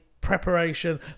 preparation